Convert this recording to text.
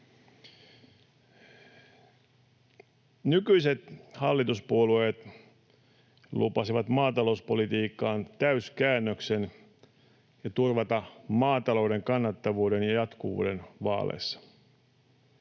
Nykyiset hallituspuolueet lupasivat maatalouspolitiikkaan täyskäännöksen ja turvata maatalouden kannattavuuden ja jatkuvuuden vaaleissa.